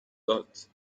داد